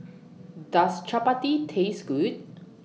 Does Chapati Taste Good